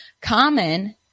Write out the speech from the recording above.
common